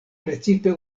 precipe